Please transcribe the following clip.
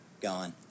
gone